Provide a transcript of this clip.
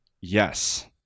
Yes